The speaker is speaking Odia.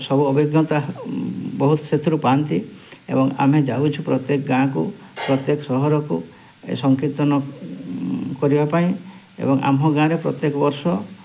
ସବୁ ଅଭିଜ୍ଞତା ବହୁତ ସେଥିରୁ ପାଆନ୍ତି ଏବଂ ଆମେ ଯାଉଛୁ ପ୍ରତ୍ୟେକ ଗାଁ'କୁ ପ୍ରତ୍ୟେକ ସହରକୁ ସଂକୀର୍ତ୍ତନ କରିବା ପାଇଁ ଏବଂ ଆମ ଗାଁ'ରେ ପ୍ରତ୍ୟେକ ବର୍ଷ